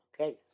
Okay